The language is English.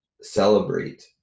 celebrate